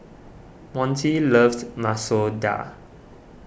Montie loves Masoor Dal